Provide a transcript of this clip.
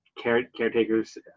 Caretakers